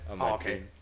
okay